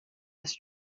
his